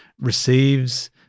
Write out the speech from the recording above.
receives